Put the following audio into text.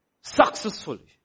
successfully